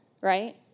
right